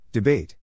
Debate